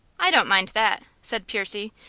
i don't mind that, said percy,